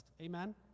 Amen